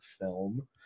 film